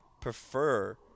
prefer